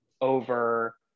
over